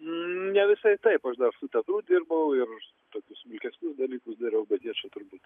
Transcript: ne visai taip aš dar su tedu dirbau ir už tokius smulkesnius dalykus dariau bet jie čia turbūt